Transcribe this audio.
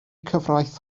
cyfraith